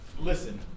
Listen